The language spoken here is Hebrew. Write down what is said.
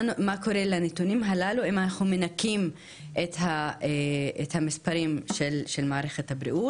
מה קורה לנתונים הללו אם אנחנו מנכים את המספרים של מערכת הבריאות?